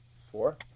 four